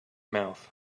mouth